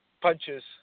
punches